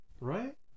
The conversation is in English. Right